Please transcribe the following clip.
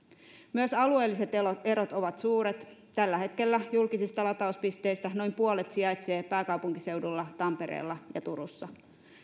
myös alueelliset erot ovat suuret tällä hetkellä julkisista latauspisteistä noin puolet sijaitsee pääkaupunkiseudulla tampereella ja turussa